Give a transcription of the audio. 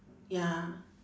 ya